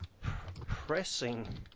pressing